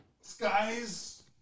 skies